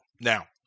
Now